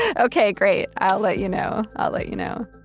yeah okay, great. i'll let you know. i'll let you know.